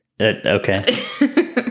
Okay